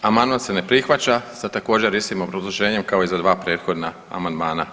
Amandman se ne prihvaća sa također istim obrazloženje kao i za dva prethodna amandmana.